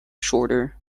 shorter